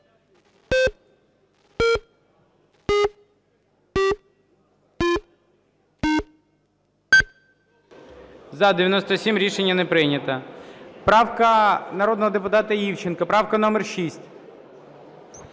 За-97 Рішення не прийнято. Правка народного депутата Івченка, правка номер 6.